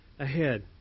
ahead